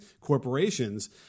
corporations